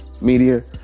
meteor